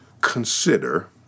Consider